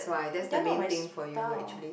they're not my style